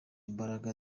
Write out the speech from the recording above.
imbaraga